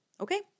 Okay